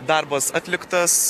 darbas atliktas